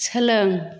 सोलों